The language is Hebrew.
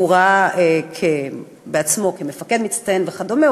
הוא ראה בעצמו מפקד מצטיין וכדומה,